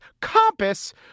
compass